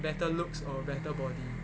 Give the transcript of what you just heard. better looks or better body